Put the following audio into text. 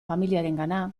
familiarengana